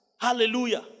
Hallelujah